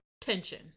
Tension